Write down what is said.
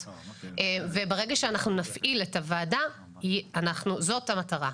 ברגע שאנחנו נפעיל את הוועדה, זאת המטרה.